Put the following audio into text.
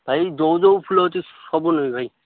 ଭାଇ ଯେଉଁ ଯେଉଁ ଫୁଲ ଅଛି ସବୁ ନେବି ଭାଇ